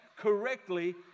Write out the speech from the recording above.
correctly